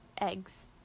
Eggs